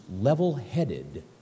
level-headed